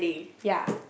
ya